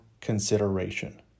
consideration